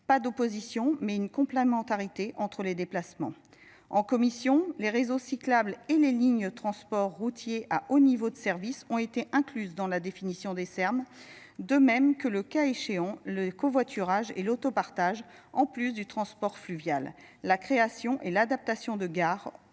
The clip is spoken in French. pas d'opposition mais une complémentarité entre les déplacements en commission, les réseaux cyclables et les lignes de transport routier à haut niveau de service ont été incluses dans la définition des termes, de même que le cas échéant le covoiturage et l'autopartage en plus du transport fluvial, la création et l'adaptation de gares